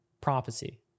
prophecy